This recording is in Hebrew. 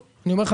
אני אומר לך,